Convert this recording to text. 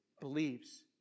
Believes